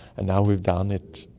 and now we've done it,